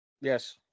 Yes